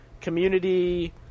Community